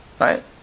right